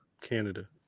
Canada